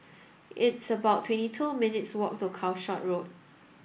it's about twenty two minutes' walk to Calshot Road